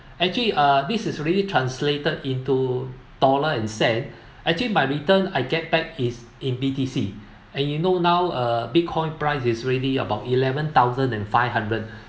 actually uh this is really translated into dollar and cent actually my return I get back is in B_T_C and you know now uh bitcoin price is already about eleven thousand and five hundred